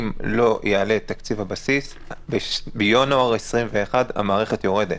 אם לא יעלה תקציב הבסיס בינואר 2021 המערכת יורדת.